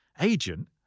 agent